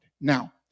Now